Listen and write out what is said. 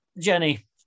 jenny